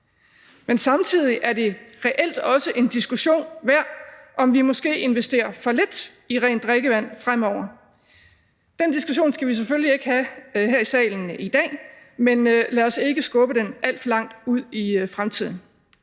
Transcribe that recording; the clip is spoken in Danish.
Men samtidig er det reelt også en diskussion værd, om vi måske investerer for lidt i rent drikkevand fremover. Den diskussion skal vi selvfølgelig ikke tage her i salen i dag, men lad os ikke skubbe den alt for langt ud i fremtiden.